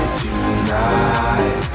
tonight